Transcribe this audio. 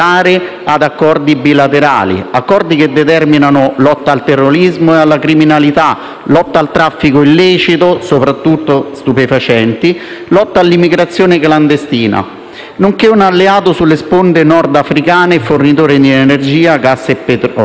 in accordi bilaterali che determinano lotta al terrorismo e alla criminalità, lotta al traffico illecito, soprattutto di stupefacenti, e all'immigrazione clandestina, nonché un alleato sulle sponde nordafricane, fornitore di energia, gas e petrolio.